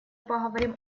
говорить